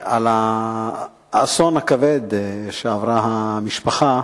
על האסון הכבד שעברה המשפחה,